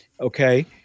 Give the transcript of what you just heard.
Okay